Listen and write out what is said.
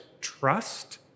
trust